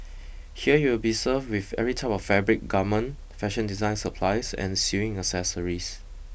here you will be served with every type of fabric garment fashion design supplies and sewing accessories